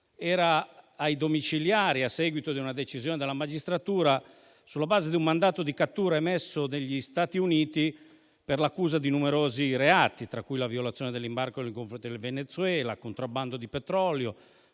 Era ai domiciliari a seguito di una decisione della magistratura sulla base di un mandato di cattura emesso negli Stati Uniti per l'accusa di numerosi reati, tra cui la violazione dell'embargo nei confronti del Venezuela, il contrabbando di petrolio,